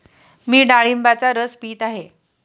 मी डाळिंबाचा रस पीत आहे